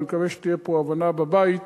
ואני מקווה תהיה פה הבנה בבית